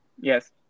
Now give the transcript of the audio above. Yes